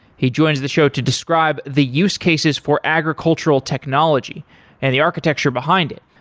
he joins the show to describe the use cases for agricultural technology and the architecture behind it.